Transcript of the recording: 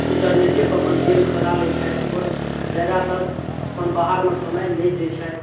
इन्टरनेटेपर अपन गेम खेला लै छथि आओर जयादातर अपन बाहरमे समय नहि दै छथि